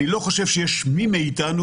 אני לא חושב שיש מי מאיתנו